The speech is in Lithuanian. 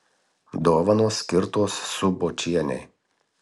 dovanos skirtos subočienei